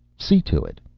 see to it.